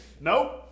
Nope